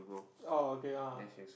oh okay ah